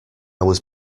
was